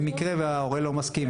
במקרה וההורה לא מסכים,